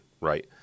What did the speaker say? right